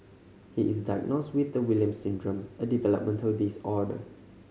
he is diagnosed with the Williams Syndrome a developmental disorder